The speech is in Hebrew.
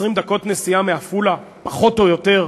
20 דקות נסיעה מעפולה פחות או יותר,